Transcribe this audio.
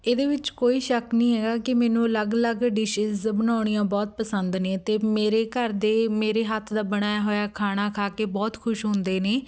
ਇਹਦੇ ਵਿੱਚ ਕੋਈ ਸ਼ੱਕ ਨਹੀਂ ਹੈਗਾ ਕਿ ਮੈਨੂੰ ਅਲੱਗ ਅਲੱਗ ਡਿਸ਼ਿਜ ਬਣਾਉਣੀਆ ਬਹੁਤ ਪਸੰਦ ਨੇ ਅਤੇ ਮੇਰੇ ਘਰ ਦੇ ਮੇਰੇ ਹੱਥ ਦਾ ਬਣਿਆ ਹੋਇਆ ਖਾਣਾ ਖਾ ਕੇ ਬਹੁਤ ਖੁਸ਼ ਹੁੰਦੇ ਨੇ